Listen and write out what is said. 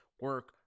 Work